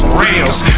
rails